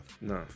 no